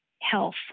health